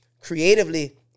creatively